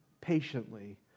patiently